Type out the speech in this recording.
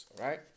right